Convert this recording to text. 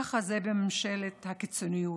ככה זה בממשלת הקיצוניות.